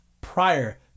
prior